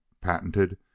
patented